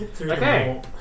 Okay